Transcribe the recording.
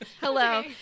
Hello